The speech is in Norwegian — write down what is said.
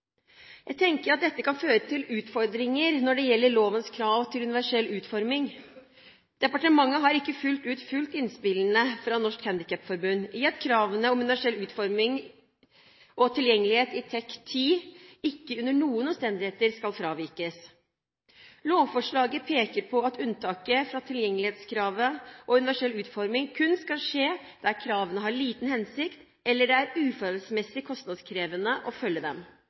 Jeg tenker at dette kan føre til utfordringer når det gjelder lovens krav til universell utforming. Departementet har ikke fullt ut fulgt innspillene fra Norges Handikapforbund i at kravene om universell utforming og tilgjengelighet i TEK 10 ikke under noen omstendigheter skal fravikes. Lovforslaget peker på at unntaket fra tilgjengelighetskravet og universell utforming kun skal skje der kravene har liten hensikt, eller det er uforholdsmessig kostnadskrevende å følge dem.